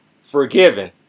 forgiven